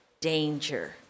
danger